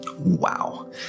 Wow